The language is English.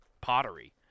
pottery